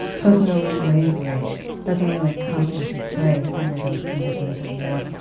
personal bravery doesn't really come into play under those conditions of war.